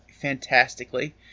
fantastically